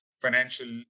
financial